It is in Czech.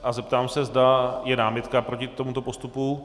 A zeptám se, zda je námitka proti tomuto postupu.